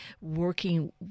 working